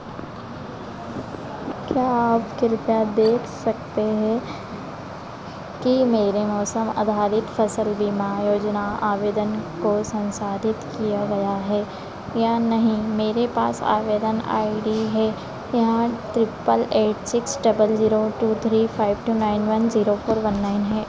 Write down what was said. क्या आप कृपया देख सकते हैं कि मेरे मौसम आधारित फ़सल बीमा योजना आवेदन को संसाधित किया गया है या नहीं मेरे पास आवेदन आई डी है यहां triple eight six double zero two three five two nine one zero four one nine है